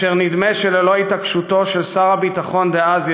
ונדמה שללא התעקשותו של שר הביטחון דאז,